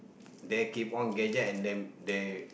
they keep on gadget and then they